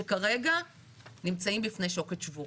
אני מרגיש שהיום אתה אופטימי.